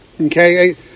Okay